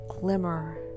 glimmer